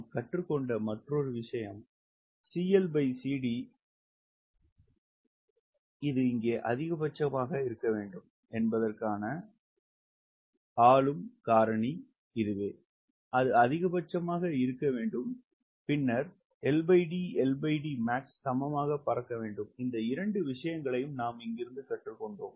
நாம் கற்றுக்கொண்ட மற்றொரு விஷயம் இது இங்கே அதிகபட்சமாக இருக்க வேண்டும் என்பதற்கான ஆளும் காரணி அது அதிகபட்சமாக இருக்க வேண்டும் பின்னர் LD LDmax சமமாக பறக்க வேண்டும் இந்த இரண்டு விஷயங்களையும் நாம் இங்கிருந்து கற்றுக்கொண்டோம்